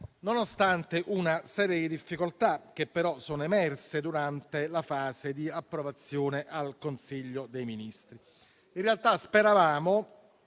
nonostante una serie di difficoltà che però sono emerse durante la fase di approvazione al Consiglio dei Ministri. In realtà, speravamo